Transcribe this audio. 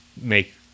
make